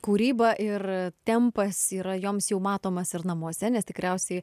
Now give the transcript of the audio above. kūryba ir tempas yra joms jau matomas ir namuose nes tikriausiai